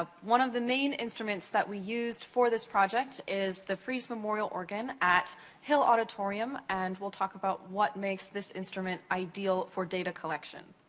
one of the main instruments that we used for this project is the frieze memorial organ at hill auditorium. and we'll talk about what makes this instrument ideal for data collection.